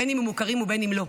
אם הם מוכרים ואם לא.